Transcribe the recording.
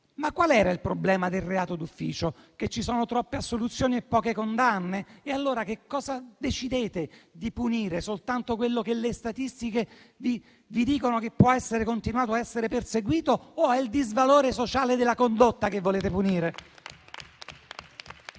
ai problemi. Il problema del reato di abuso d'ufficio era che ci sono troppe assoluzioni e poche condanne? Allora cosa decidete di punire: soltanto quello che le statistiche vi dicono che può continuare a essere perseguito, o è il disvalore sociale della condotta che volete punire?